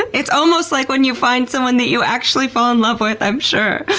it's almost like when you find someone that you actually fall in love with, i'm sure.